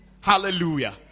Hallelujah